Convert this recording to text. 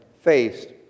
faced